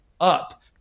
up